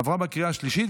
עברה בקריאה השלישית,